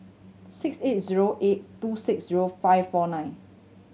six eight zero eight two six zero five four nine